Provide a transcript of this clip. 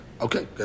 Okay